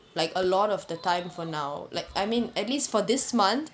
like a lot of the time for now like I mean at least for this month